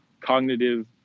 cognitive